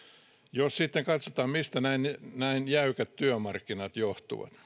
jos sitten katsotaan mistä näin jäykät työmarkkinat johtuvat